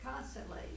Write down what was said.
constantly